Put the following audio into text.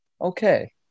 Okay